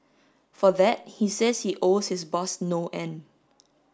for that he says he owes his boss no end